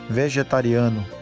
vegetariano